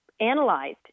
analyzed